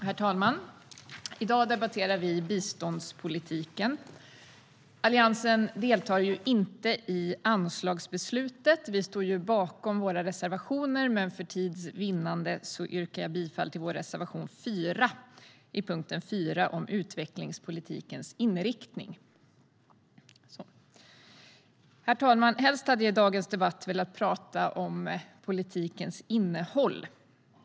Herr talman! I dag debatterar vi biståndspolitiken. Alliansen deltar inte i anslagsbeslutet. Vi står bakom alla våra reservationer, men för tids vinnande yrkar jag bifall bara till reservation 4, punkt 4, om utvecklingspolitikens inriktning. Herr talman! Helst hade jag i dagens debatt velat prata om politikens innehåll.